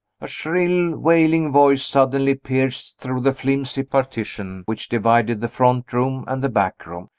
a shrill, wailing voice suddenly pierced through the flimsy partition which divided the front room and the back room.